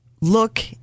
look